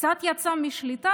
קצת יצא משליטה,